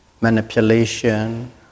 manipulation